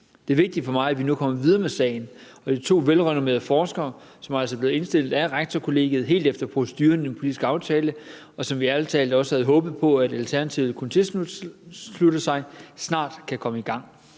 Det er vigtigt for mig, at vi nu kommer videre med sagen, og at de to velrenommerede forskere – som altså blev indstillet af Rektorkollegiet helt efter proceduren i den politiske aftale, som vi ærlig talt også havde håbet på Alternativet kunne tilslutte sig – snart kan komme i gang.